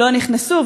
לא נכנסו,